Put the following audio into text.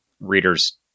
readers